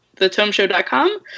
thetomeshow.com